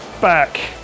back